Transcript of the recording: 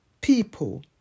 people